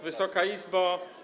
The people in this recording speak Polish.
Wysoka Izbo!